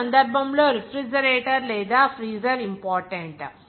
ఈ సందర్భంలో రిఫ్రిజిరేటర్ లేదా ఫ్రీజర్ ఇంపార్టెంట్